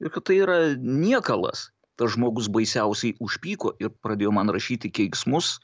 ir kad tai yra niekalas tas žmogus baisiausiai užpyko ir pradėjo man rašyti keiksmus